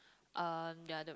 uh ya the